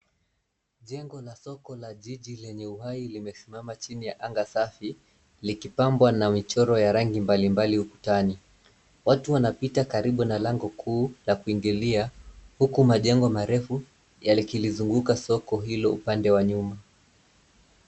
Jengo la soko la jiji lenye uhai limesimama chini ya anga safi likipambwa na michoro ya rangi mbalimbali ukutani. Watu wanapita karibu na lango kuu la kuingililia uku majengo marefu yakilizunguka soko hilo upande wa nyuma.